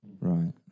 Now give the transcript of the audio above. right